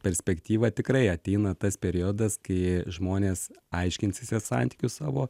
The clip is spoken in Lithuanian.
perspektyva tikrai ateina tas periodas kai žmonės aiškinsis jie santykius savo